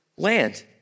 land